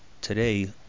Today